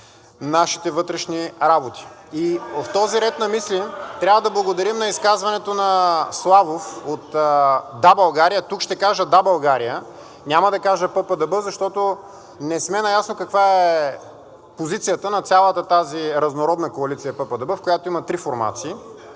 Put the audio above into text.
нашите вътрешни работи. (Шум и реплики.) И в този ред на мисли трябва да благодарим на изказването на Славов от „Да, България“. Тук ще кажа „Да, България“, няма да кажа ПП-ДБ, защото не сме наясно каква е позицията на цялата тази разнородна коалиция ПП-ДБ, в която има три формации.